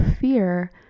fear